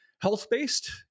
health-based